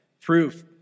proof